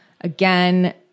Again